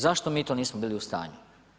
Zašto mi to nismo bili u stanju?